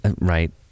Right